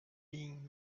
being